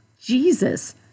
Jesus